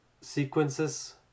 sequences